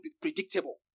predictable